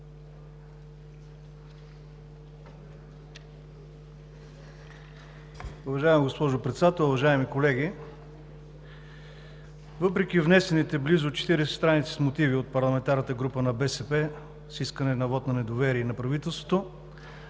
Уважаема госпожо Председател, уважаеми колеги! Въпреки внесените близо 40 страници с мотиви от парламентарната група на БСП с искане вот на недоверие на правителството,